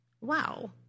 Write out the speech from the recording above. Wow